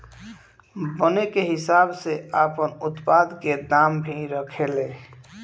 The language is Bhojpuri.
बने के हिसाब से आपन उत्पाद के दाम भी रखे ले